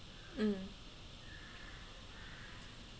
mm